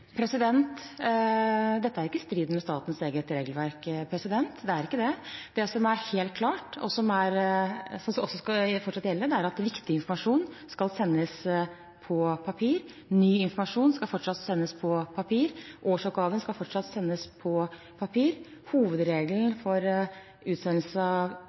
det er ikke det. Det som er helt klart, og som også fortsatt skal gjelde, er at viktig informasjon skal sendes på papir, ny informasjon skal fortsatt sendes på papir, årsoppgaven skal fortsatt sendes på papir. Hovedregelen for utsendelse av